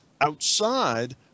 outside